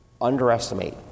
underestimate